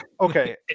Okay